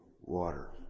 water